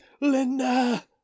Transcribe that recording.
Linda